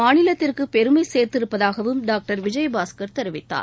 மாநிலத்திற்கு பெருமை சேர்த்திருப்பதாகவும் டாக்டர் விஜயபாஸ்கர் தெரிவித்தார்